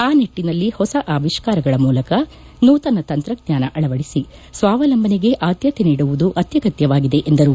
ಆ ನಿಟ್ಲನಲ್ಲಿ ಹೊಸ ಆವಿಷ್ಠಾರಗಳ ಮೂಲಕ ನೂತನ ತಂತ್ರಜ್ಞಾನ ಅಳವಡಿಸಿ ಸ್ನಾವಲಂಬನೆಗೆ ಆದ್ದತೆ ನೀಡುವುದು ಅತ್ಯಗತ್ಯವಾಗಿದೆ ಎಂದರು